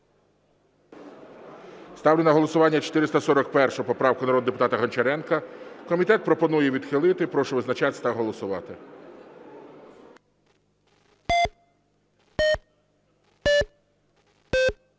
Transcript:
Ставлю на голосування 485 поправку народного депутата Гончаренка. Комітет пропонує відхилити. Прошу визначатися та голосувати.